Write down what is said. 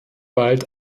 bald